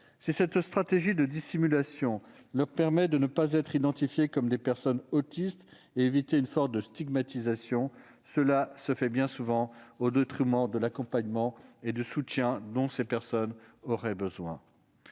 Si cette stratégie de dissimulation leur permet de ne pas être identifiées comme des personnes autistes et ainsi d'éviter une forme de stigmatisation, cela se fait bien souvent au détriment de l'accompagnement et du soutien dont elles auraient besoin.